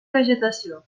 vegetació